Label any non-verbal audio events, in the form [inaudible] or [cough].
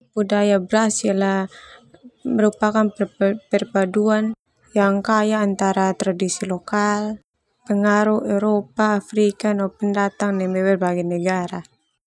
Budaya Brazil [hesitation] merupakan per-perpaduan yang kaya antara tradisi lokal, pengaruh Eropa, Afrika no pendatang dari berbagai negara.